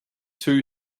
two